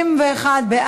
סעיפים 1 4 נתקבלו.